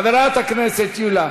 חברת הכנסת יוליה